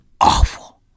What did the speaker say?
awful